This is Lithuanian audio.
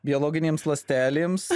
biologinėms ląstelėms